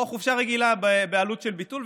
או חופשה רגילה בעלות של ביטול,